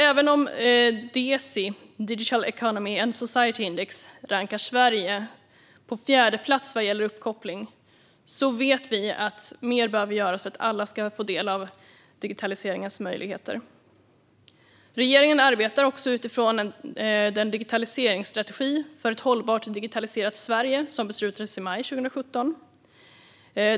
Även om DESI, Digital Economy and Society Index, rankar Sverige på fjärde plats vad gäller uppkoppling vet vi att mer behöver göras för att alla ska få del av digitaliseringens möjligheter. Regeringen arbetar också utifrån den digitaliseringsstrategi, För ett hållbart digitaliserat Sverige, som beslutades i maj 2017.